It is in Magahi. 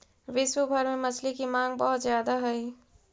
विश्व भर में मछली की मांग बहुत ज्यादा हई